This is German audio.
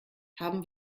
haben